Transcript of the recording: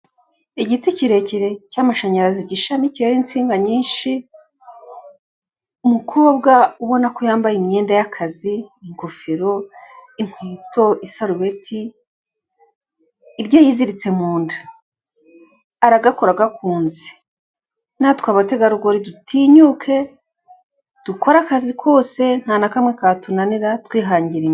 Igiti kirekire cy'amashanyarazi gishamikiyeho insinga nyinshi, umukobwa ubona ko yambaye imyenda y'akaz,i ingofero, inkweto isarubeti ibyo yiziritse mu nda. Aragakora agakunze, natwe abategarugori dutinyuke dukore akazi kose nta na kamwe katunanira twihangira imirimo.